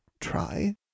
try